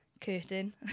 curtain